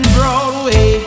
Broadway